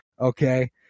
okay